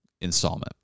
installment